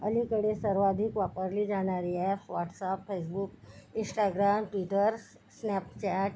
अलीकडे सर्वाधिक वापरली जाणारी app WhatsApp Facebook Instagram Twitter Snapchat